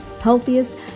healthiest